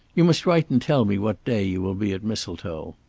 you must write and tell me what day you will be at mistletoe.